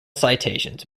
citations